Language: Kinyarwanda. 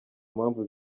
mpamvu